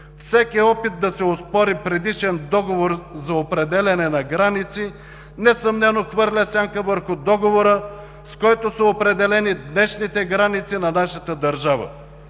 Всеки опит да се оспори предишен договор за определяне на граници несъмнено хвърля сянка върху договора, с който са определени днешните граници на нашата държава.